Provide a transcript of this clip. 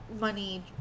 Money